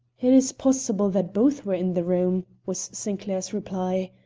it is possible that both were in the room, was sinclair's reply.